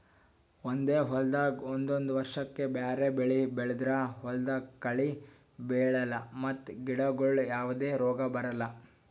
ಒಂದೇ ಹೊಲ್ದಾಗ್ ಒಂದೊಂದ್ ವರ್ಷಕ್ಕ್ ಬ್ಯಾರೆ ಬೆಳಿ ಬೆಳದ್ರ್ ಹೊಲ್ದಾಗ ಕಳಿ ಬೆಳ್ಯಾಲ್ ಮತ್ತ್ ಗಿಡಗೋಳಿಗ್ ಯಾವದೇ ರೋಗ್ ಬರಲ್